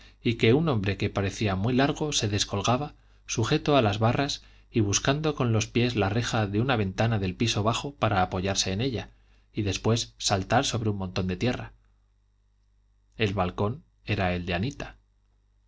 y que un hombre que parecía muy largo se descolgaba sujeto a las barras y buscando con los pies la reja de una ventana del piso bajo para apoyarse en ella y después saltar sobre un montón de tierra el balcón era el de anita